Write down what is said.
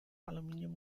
aluminium